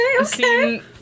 okay